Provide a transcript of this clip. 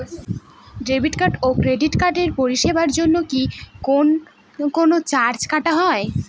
Debit card এবং credit কার্ডের পরিষেবার জন্য কি কোন চার্জ কাটা হয়?